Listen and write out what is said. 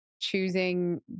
choosing